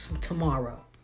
tomorrow